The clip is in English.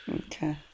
Okay